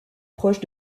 proche